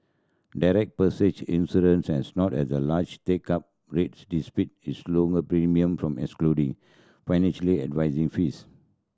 direct insurance has not had the large take up rich despite its lower premium from excluding financially advising fees